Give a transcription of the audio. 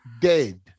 dead